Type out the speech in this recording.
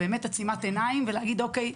זה באמת עצימת עיניים ולהגיד: אוקיי,